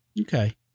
Okay